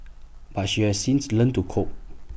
but she has since learnt to cope